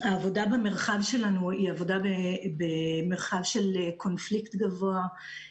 העבודה במרחב שלנו היא עבודה במרחב של קונפליקט גבוה,